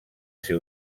ser